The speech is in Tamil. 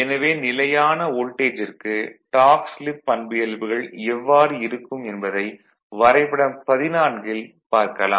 எனவே நிலையான வோல்டேஜிற்கு டார்க் ஸ்லிப் பண்பியல்புகள் எவ்வாறு இருக்கும் என்பதை வரைபடம் 14 ல் பார்க்கலாம்